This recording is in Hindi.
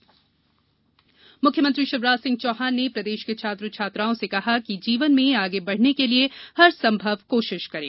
सीएम लैपटॉप विद्यार्थी मुख्यमंत्री शिवराज सिंह चौहान ने प्रदेश के छात्र छात्राओं से कहा कि जीवन में आगे बढ़ने के लिए हरसंभव कोशिश करें